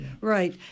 Right